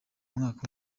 mwaka